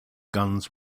guns